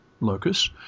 Locus